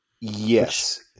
Yes